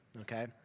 okay